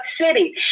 City